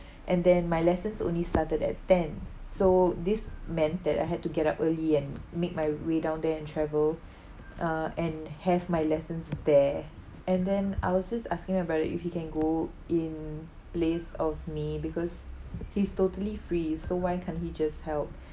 and then my lessons only started at ten so this meant that I had to get up early and make my way down there and travel uh and have my lessons there and then I was just asking my brother if he can go in place of me because he's totally free so why can't he just help